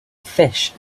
fish